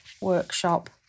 workshop